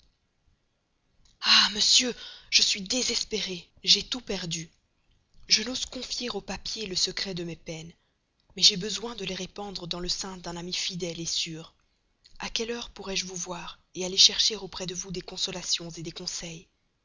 ah monsieur je suis désespéré j'ai tout perdu je n'ose confier au papier le secret de mes peines mais j'ai besoin de les répandre dans le sein d'un ami fidèle sûr a quelle heure pourrai-je vous voir aller chercher auprès de vous des consolations des conseils